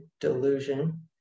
delusion